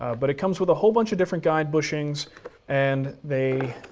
ah but it comes with a whole bunch of different guide bushings and they.